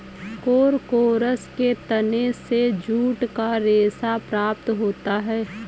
Corchorus के तने से जूट का रेशा प्राप्त होता है